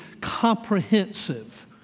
comprehensive